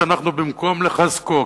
שבמקום לחזקו,